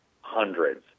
hundreds